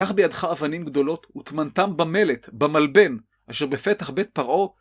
קח בידך אבנים גדולות, וטמנתם במלט, במלבן, אשר בפתח בית פרעו.